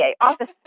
Office